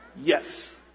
Yes